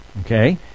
Okay